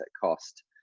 cost